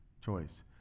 choice